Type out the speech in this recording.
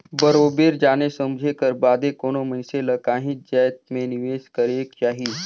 बरोबेर जाने समुझे कर बादे कोनो मइनसे ल काहींच जाएत में निवेस करेक जाही